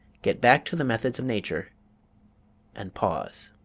get back to the methods of nature and pause.